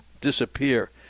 disappear